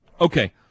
Okay